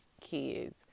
kids